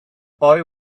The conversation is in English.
boy